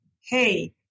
hey